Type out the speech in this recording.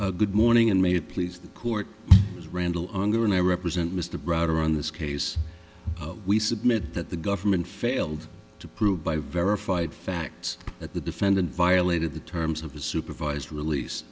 r good morning in may please the court is randall unger and i represent mr brodeur on this case we submit that the government failed to prove by verified facts that the defendant violated the terms of his supervised release